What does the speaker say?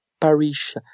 parish